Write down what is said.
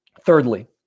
Thirdly